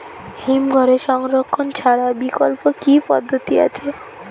হিমঘরে সংরক্ষণ ছাড়া বিকল্প কি পদ্ধতি আছে?